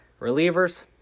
Relievers